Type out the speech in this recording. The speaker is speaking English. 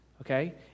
Okay